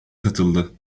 katıldı